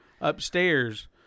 upstairs